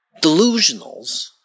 delusionals